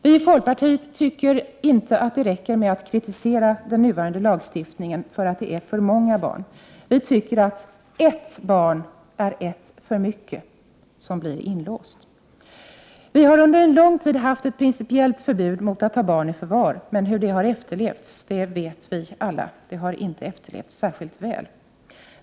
Vi i folkpartiet tycker inte att det räcker med att kritisera den nuvarande lagstiftningen för att det är för många barn. Vi tycker att ert barn, som blir inlåst, är ett barn för mycket. Vi har under lång tid haft ett principiellt förbud mot att ta barn i förvar. Men hur det har efterlevts vet vi alla. Det har inte efterlevts särskilt väl!